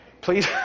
please